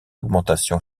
augmentation